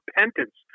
repentance